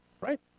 right